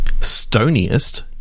Stoniest